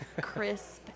crisp